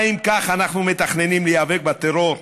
האם כך אנחנו מתכננים להיאבק בטרור,